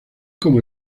como